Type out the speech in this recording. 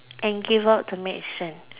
and give out the medicine